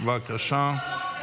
בבקשה.